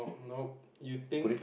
nope you think